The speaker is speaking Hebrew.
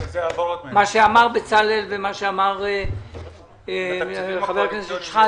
מה שאמר בצלאל סמוטריץ' ומה שאמר אנטאנס שחאדה.